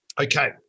Okay